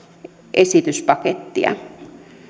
esityspakettia